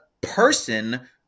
person